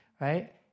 right